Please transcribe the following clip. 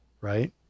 right